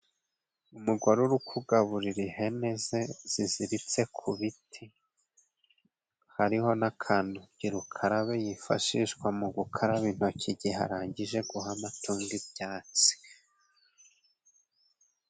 Umugore uri kugaburira ihene ze ziziritse ku biti hariho n'akandagirukarabe yifashishwa mu gukaraba intoki igihe arangije guha amatungo ibyatsi.